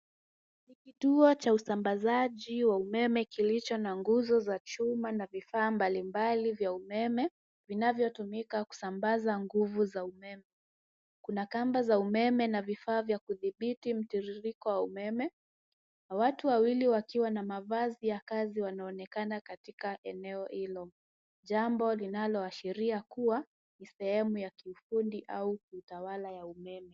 Kituo cha usambazaji wa umeme kilicho na nguzo za chuma na vifaa mbalimbali vya umeme vinavyotumika kusambaza nguvu za umeme. Kuna kamba za umeme na vifaa vya kudhibiti mtiririko wa umeme, watu wawili wakiwa na mavazi ya kazi wanaonekana katika eneo hilo. Jambo linaloashiria kuwa ni sehemu ya kiufundi au kiutawala ya umeme.